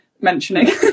mentioning